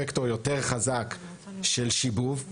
וקטור יותר חזק של שיבוב,